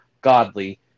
godly